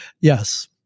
Yes